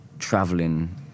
traveling